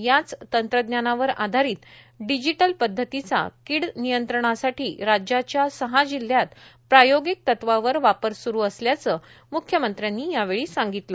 याच तंत्रज्ञानावर आधारित डिजीटल पध्दतीचा कीड नियंत्रणासाठी राज्याच्या सहा जिल्ह्यात प्रायोगिक तत्वावर वापर सुरु असल्याचं मुख्यमंत्र्यांनी यावेळी सांगितलं